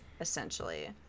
essentially